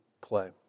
play